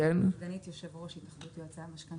אני סגנית יושב-ראש התאחדות יועצי המשכנתאות.